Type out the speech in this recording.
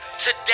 Today